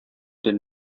did